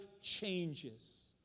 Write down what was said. changes